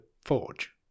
forge